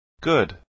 Good